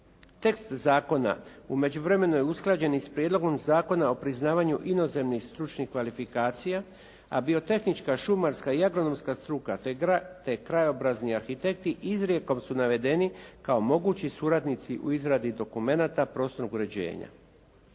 Tekst zakona u međuvremenu je usklađen i s Prijedlogom zakona o priznavanju inozemnih stručnih kvalifikacija, a biotehnička, šumarska i agronomska struka, te krajobrazni arhitekti izrijekom su navedeni kao mogući suradnici u izradi dokumenata prostornog uređenja.